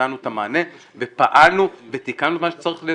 נתנו את המענה ופעלנו ותיקנו מה שצריך,